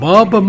Bob